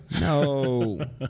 No